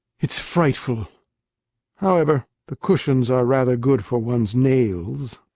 it's frightful however, the cushions are rather good for one's nails.